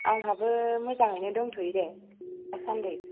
आंहाबो मोजाङैनो दंथ'यो दे दा सान्दि